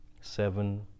seven